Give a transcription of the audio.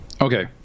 Okay